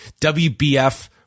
WBF